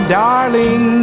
darling